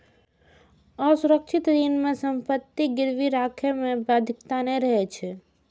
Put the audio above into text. असुरक्षित ऋण मे संपत्ति गिरवी राखै के बाध्यता नै रहै छै